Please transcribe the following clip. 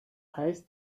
heißt